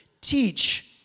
teach